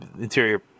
interior